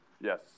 Yes